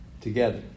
together